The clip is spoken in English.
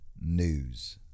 news